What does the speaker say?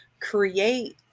create